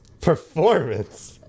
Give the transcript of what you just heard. Performance